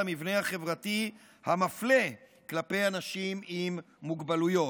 המבנה החברתי המפלה כלפי אנשים עם מוגבלויות.